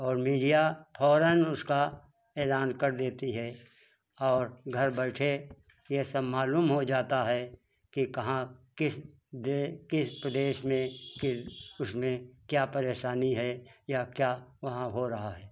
और मीडिया फ़ौरन उसका ऐलान कर देती है और घर बैठे ये सब मालूम हो जाता है कि कहाँ किस दे किस प्रदेश में किस उसमें क्या परेशानी है या क्या वहाँ हो रहा है